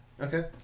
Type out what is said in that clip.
Okay